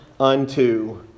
unto